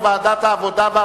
לדיון מוקדם בוועדת העבודה,